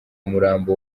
umurambo